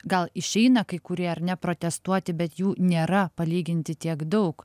gal išeina kai kurie ar ne protestuoti bet jų nėra palyginti tiek daug